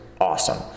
awesome